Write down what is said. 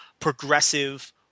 progressive